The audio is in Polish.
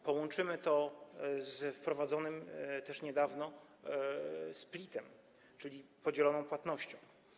Połączymy to z wprowadzonym też niedawno splitem, czyli podzieloną płatnością.